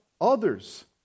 others